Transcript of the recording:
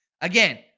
Again